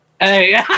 Hey